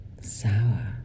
sour